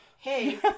Hey